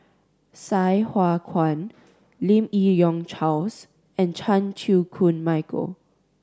Sai Hua Kuan Lim Yi Yong Charles and Chan Chew Koon Michael